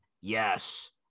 yes